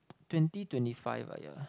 twenty twenty five ah yeah